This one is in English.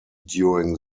during